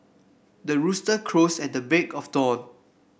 the rooster crows at the break of dawn